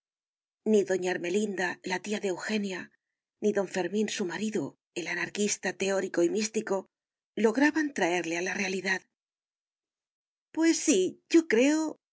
ni doña ermelinda la tía de eugenia ni don fermín su marido el anarquista teórico y místico lograban traerle a la realidad pues sí yo creodecía